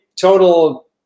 total